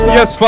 Yes